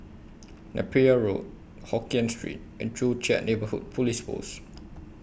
Napier Road Hokien Street and Joo Chiat Neighbourhood Police Post